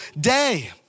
day